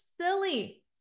silly